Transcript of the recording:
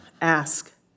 ask